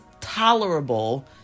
tolerable